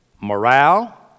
Morale